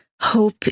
hope